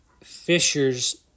fishers